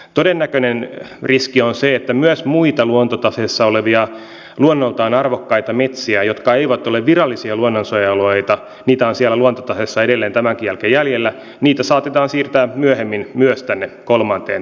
todennäköinen riski on se että myös muita luontotaseessa olevia luonnoltaan arvokkaita metsiä jotka eivät ole virallisia luonnonsuojelualueita niitä on siellä luontotaseessa edelleen tämänkin jälkeen jäljellä saatetaan siirtää myöhemmin myös tänne kolmanteen taseeseen